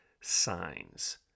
signs